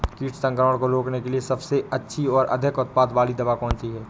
कीट संक्रमण को रोकने के लिए सबसे अच्छी और अधिक उत्पाद वाली दवा कौन सी है?